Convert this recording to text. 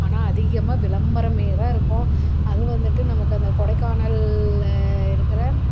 ஆனால் அதிகமாக விளம்பரமே தான் இருக்கும் அது வந்துவிட்டு நமக்கு அந்த கொடைக்கானலில் இருக்கிற